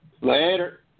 Later